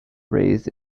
raised